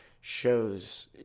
shows